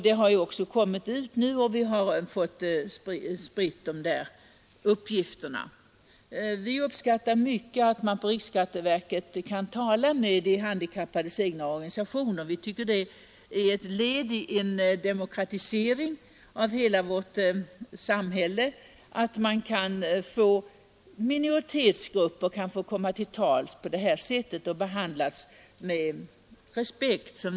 Den har nu kommit, och vi har spritt uppgifterna därom. Vi uppskattar mycket att man på riksskatteverket tar kontakt med de handikappades egna organisationer. Det är ett led i en demokratisering av hela vårt samhälle att minoritetsgrupper kan få komma till tals på detta sätt och behandlas med respekt.